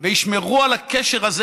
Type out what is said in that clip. וישמרו על הקשר הזה,